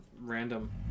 random